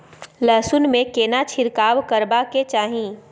लहसुन में केना छिरकाव करबा के चाही?